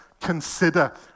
consider